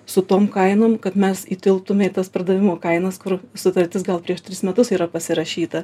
su tom kainom kad mes įtilptume į tas pardavimo kainas kur sutartis gal prieš tris metus yra pasirašyta